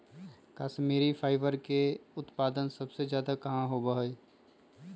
Kashmiri fibre के उत्पादन सबसे ज्यादा कहाँ होबा हई?